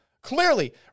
clearly